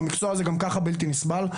המקצוע הזה גם ככה בלתי נסבל,